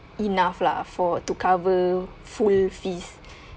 enough lah for to cover full fees